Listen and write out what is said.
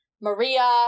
Maria